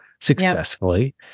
successfully